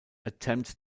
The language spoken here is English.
attempts